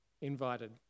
invited